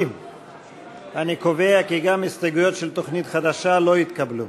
60. אני קובע כי גם ההסתייגויות של תוכנית חדשה לא התקבלו.